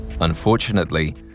Unfortunately